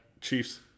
Chiefs